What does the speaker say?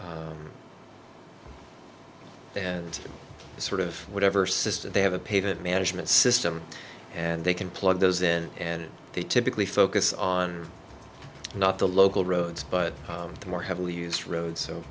and sort of whatever system they have a paper management system and they can plug those in and they typically focus on not the local roads but the more heavily used road so